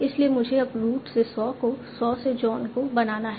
इसलिए मुझे अब रूट से सॉ को सॉ से जॉन को बनाना है